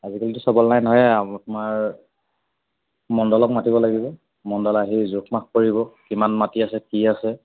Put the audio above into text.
আজিকালিতো চবলৈ নাহে আৰু তোমাৰ মণ্ডলক মাতিব লাগিব মণ্ডল আহি জোখ মাখ কৰিব কিমান মাটি আছে কি আছে